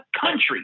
country